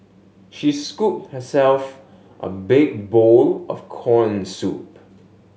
she scooped herself a big bowl of corn soup